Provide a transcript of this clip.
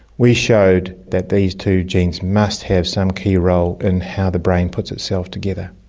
we showed that these two genes must have some key role in how the brain puts itself together.